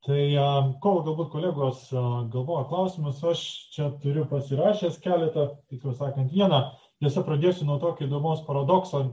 tai kol galbūt kolegos galvoja klausimus aš čia turiu pasirašęs keletą tiksliau sakant vieną nes pradėsiu nuo tokio įdomaus paradokso